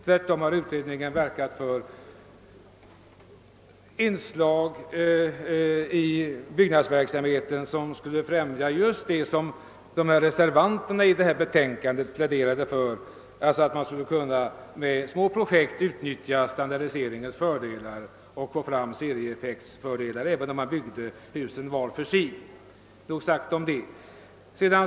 Tvärtom har utredningen verkat för inslag i byggnadsverksamheten som främjar just det reservanterna i betänkandet pläderat för, d.v.s. att man med små projekt kan utnyttja standardiseringens fördelar och få serieeffektens fördelar även om husen byggs var för sig. Nog sagt om detta.